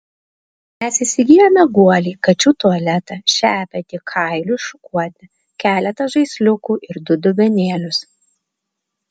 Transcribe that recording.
mes įsigijome guolį kačių tualetą šepetį kailiui šukuoti keletą žaisliukų ir du dubenėlius